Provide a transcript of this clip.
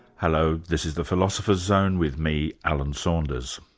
hello, this is the philosopher's zone with me, alan saunders.